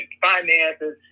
finances